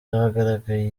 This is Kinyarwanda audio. hagaragaye